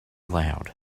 loud